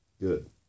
good